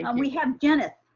um we have jenith,